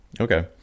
Okay